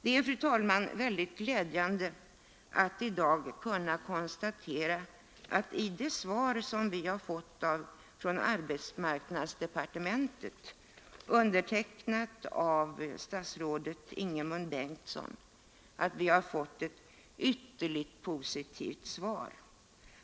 Det är, fru talman, väldigt glädjande att i dag kunna konstatera att vi i det svar som har kommit från arbetsmarknadsdepartementet, undertecknat av statsrådet Ingemund Bengtsson, fått ett ytterligt positivt bemötande.